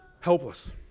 Helpless